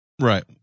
Right